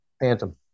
Phantom